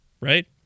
right